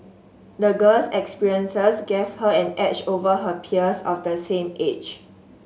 the girl's experiences gave her an edge over her peers of the same age